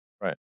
Right